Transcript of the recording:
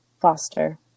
Foster